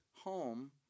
home